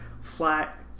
flat